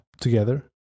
together